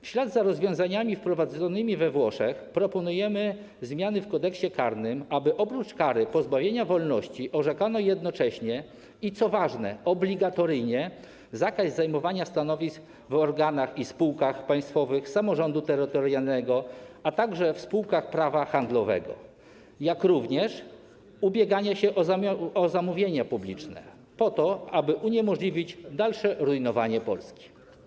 W ślad za rozwiązaniami wprowadzonymi we Włoszech proponujemy zmiany w Kodeksie karnym, aby oprócz kary pozbawienia wolności orzekano jednocześnie i, co ważne, obligatoryjnie, zakaz zajmowania stanowisk w organach i spółkach państwowych, samorządu terytorialnego, a także w spółkach prawa handlowego, jak również zakaz ubiegania się o zamówienia publiczne po to, aby uniemożliwić dalsze rujnowanie Polski.